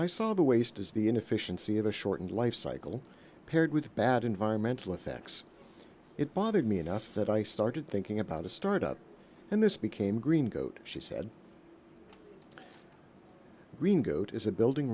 i saw the waste is the inefficiency of a shortened life cycle paired with bad environmental effects it bothered me enough that i started thinking about a start up and this became green goat she said green goat is a building